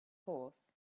horse